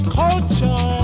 culture